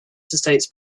states